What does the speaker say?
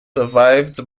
survived